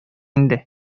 инде